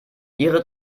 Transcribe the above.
ihre